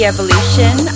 evolution